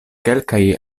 kelkaj